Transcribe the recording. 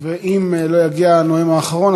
ואם לא יגיע הנואם האחרון,